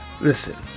Listen